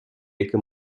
які